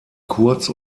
kurz